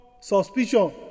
suspicion